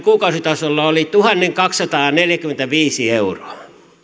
kuukausitasolla oli tuhatkaksisataaneljäkymmentäviisi euroa